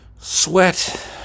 sweat